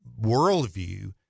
worldview